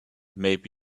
maybe